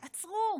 תעצרו,